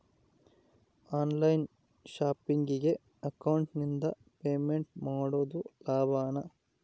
On line ಶಾಪಿಂಗಿಗೆ ಅಕೌಂಟಿಂದ payment ಮಾಡೋದು ಲಾಭಾನ?